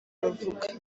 bavuga